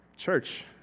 church